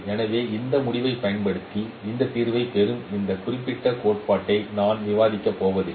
எனவே இந்த முடிவைப் பயன்படுத்தி இந்த தீர்வைப் பெறும் இந்த குறிப்பிட்ட கோட்பாட்டை நான் விவாதிக்கப் போவதில்லை